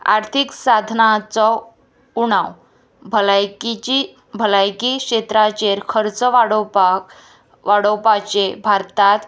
आर्थीक साधनाचो उणाव भलायकीची भलायकी क्षेत्राचेर खर्च वाडोवपाक वाडोवपाचे भारतांत